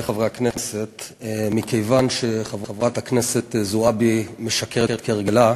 מכיוון שחברת הכנסת זועבי משקרת, כהרגלה,